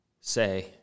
say